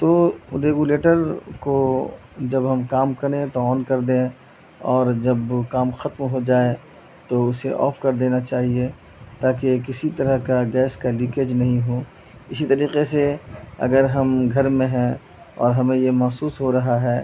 تو ریگولیٹر کو جب ہم کام کریں تو آن کر دیں اور جب کام ختم ہو جائے تو اسے آف کر دینا چاہیے تاکہ یہ کسی طرح کا گیس کا لیکیج نہیں ہو اسی طریقے سے اگر ہم گھر میں ہیں اور ہمیں یہ محسوس ہو رہا ہے